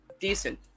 Decent